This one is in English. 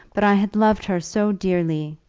but i had loved her so dearly!